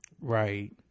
Right